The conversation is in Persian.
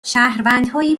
شهروندهایی